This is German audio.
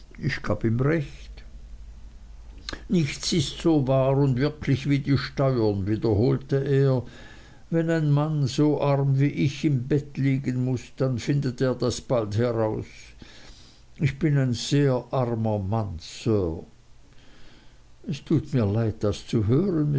ich gab ihm recht nichts ist so wahr und wirklich wie die steuern wiederholte er wenn ein mann so arm wie ich im bett liegen muß dann findet er das bald heraus ich bin ein sehr armer mann sir es tut mir leid das zu hören